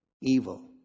evil